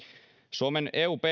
suomen eu pj